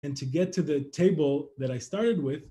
And to get to the table that I started with